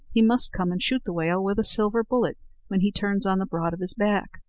he must come and shoot the whale with a silver bullet when he turns on the broad of his back.